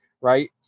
right